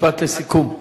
משפט לסיכום.